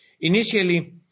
Initially